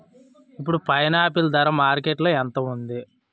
ఇప్పుడు పైనాపిల్ ధర మార్కెట్లో ఎంత ఉంది?